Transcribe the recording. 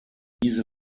diese